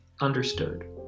understood